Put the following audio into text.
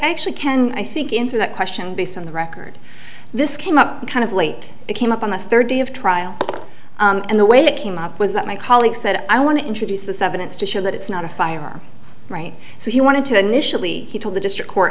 actually can i think into that question based on the record this came up kind of late it came up on the third day of trial and the way it came up was that my colleague said i want to introduce this evidence to show that it's not a firearm right so he wanted to initially he told the district court